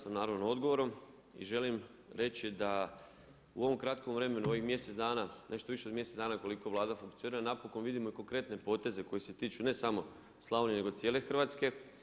Zadovoljan sam naravno odgovorom i želim reći da u ovom kratkom vremenu u ovih mjesec dana, nešto više od mjesec dana koliko Vlada funkcionira napokon vidimo i konkretne poteze koji se tiču ne samo Slavonije nego cijele Hrvatske.